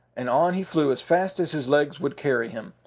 and on he flew as fast as his legs would carry him,